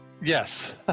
Yes